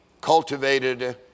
cultivated